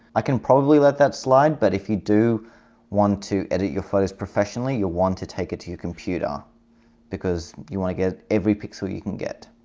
i can probably let that slide but if you do want to edit your photos professionally you'll want to take it to your computer because you want to get every pixel you can get.